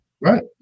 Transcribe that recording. Right